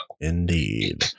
Indeed